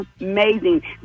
amazing